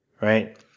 right